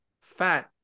fat